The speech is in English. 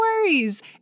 worries